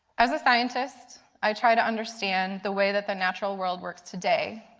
as a scientist, i try to understand the way that the natural world works today.